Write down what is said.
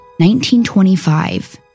1925